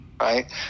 Right